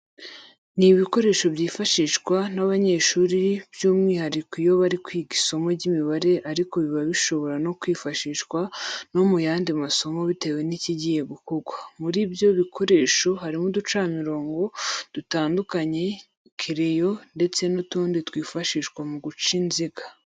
Ni ibikoresho byifashishwa n'abanyeshuri by'umwihariko iyo bari kwiga isomo ry'imibare ariko biba bishobora no kwifashishwa no mu yandi masomo bitewe n'ikigiye gukorwa. Muri ibyo bikoresho harimo uducamirongo dutandukanye, kereyo ndetse n'utundi twifashishwa mu guca inziga.